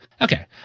okay